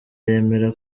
yemera